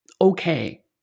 okay